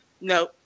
No